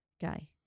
guy